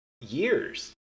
years